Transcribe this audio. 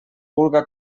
vulga